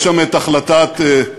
יש שם את החלטת הרוב,